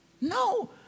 No